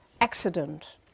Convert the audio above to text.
accident